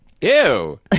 Ew